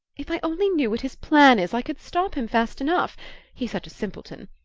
if i only knew what his plan is i could stop him fast enough he's such a simpleton.